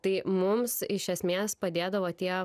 tai mums iš esmės padėdavo tie